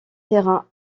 terrain